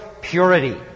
purity